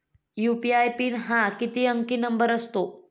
UPI PIN हा किती अंकी नंबर असतो?